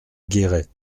guéret